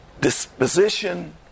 disposition